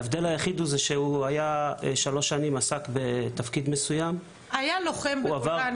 ההבדל היחיד זה שהוא עסק שלוש שנים בתפקיד מסוים --- היה לוחם בגולני